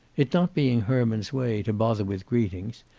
it not being herman's way to bother with greetings,